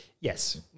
Yes